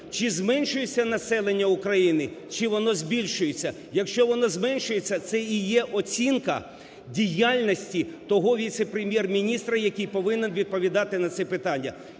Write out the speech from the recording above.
чи зменшується населення України, чи воно збільшується. Якщо воно зменшується, це і є оцінка діяльності того віце-прем'єр-міністра, який повинен відповідати на ці питання.